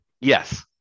yes